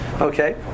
Okay